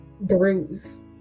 bruise